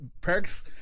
perks